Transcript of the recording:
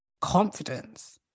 confidence